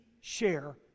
share